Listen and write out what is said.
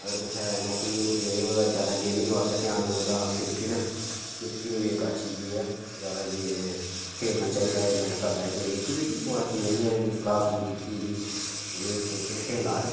अगर कुसै नौकरी नुकरी नेईं होऐ ज्यादा गेमिंग बाक्खै ध्यान होऐ तां क्रिकेट क्रिकेट इक अच्छी चीज ऐ ज्यादा खेलना चाहिदा एह् मेरे स्हाबै ते मिकी बी पी टी मास्टर ने इ'यै सलाह् सलुह् दित्ती ही कि तुगी क्रिकेट खेला'र